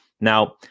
now